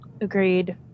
Agreed